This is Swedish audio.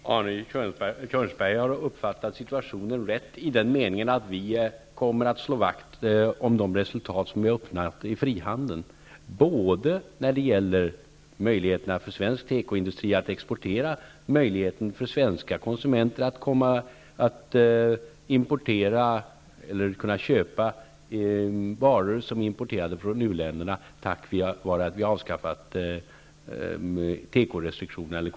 Fru talman! Arne Kjörnsberg har uppfattat situationen rätt i den meningen att vi kommer att slå vakt om de resultat som vi har uppnått i fråga om frihandeln både när det gäller svensk tekoindustris möjligheter att exportera och när det gäller svenska konsumenters möjligheter att köpa varor som importerats från u-länderna tack vare att kvoterna på tekoområdet avskaffats.